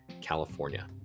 California